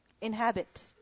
inhabit